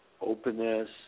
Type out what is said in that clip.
openness